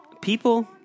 People